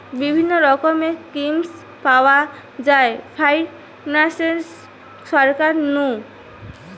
বিভিন্ন রকমের স্কিম পাওয়া যায় ফাইনান্সে সরকার নু